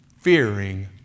fearing